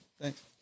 Thanks